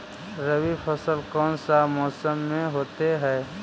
रवि फसल कौन सा मौसम में होते हैं?